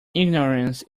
ignorance